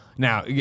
Now